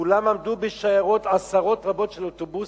כולם עמדו בשיירות, עשרות רבות של אוטובוסים.